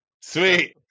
Sweet